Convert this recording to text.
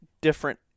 different